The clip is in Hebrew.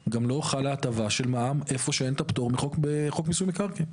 גם לא חלה הטבה של מע"מ איפה שאין את הפטור בחור מיסוי מקרקעין.